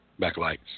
backlights